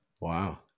wow